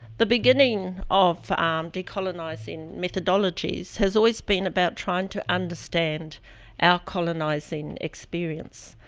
the beginning of decolonizing methodologies has always been about trying to understand our colonizing experience.